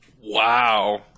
wow